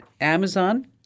Amazon